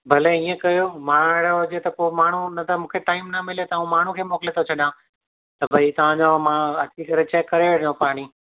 भले हीअं कयो मां न हुजे त पोइ माण्हू न त मूंखे टाइम न मिले त माण्हू खे मोकिले थो छॾियां त भई तव्हांजो मां अची करे चेक करे वेंदो पाणी